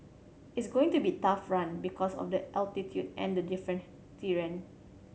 it's going to be a tough run because of the altitude and the different terrain